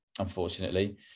Unfortunately